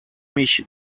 mich